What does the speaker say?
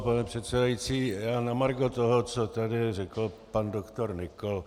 Pane předsedající, já na margo toho, co tady řekl pan doktor Nykl.